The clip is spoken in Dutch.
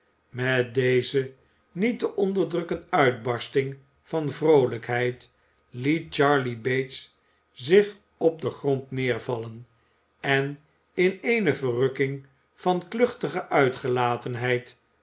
met deze niet te onderdrukken uitbarsting van vroolijkheid liet charley bates zich op den grond neervallen en in eene verrukking van kluchtige uitgelatenheid